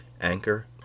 Anchor